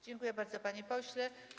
Dziękuję bardzo, panie pośle.